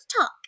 talk